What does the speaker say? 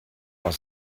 aus